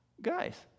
guys